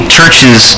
churches